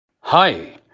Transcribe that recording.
Hi